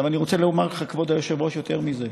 אני רוצה לומר לך, כבוד היושב-ראש, יותר מזה.